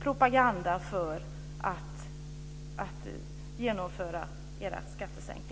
propaganda för att genomföra era skattesänkningar.